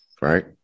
right